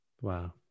Wow